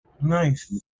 Nice